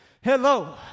Hello